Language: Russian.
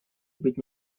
быть